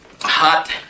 hot